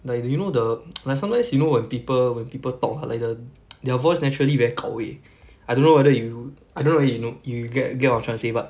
like the you know the like sometimes you know when people when people talk like the their voice naturally very gao wei I don't know whether you I don't know whether you kno~ you get get what I'm trying to say but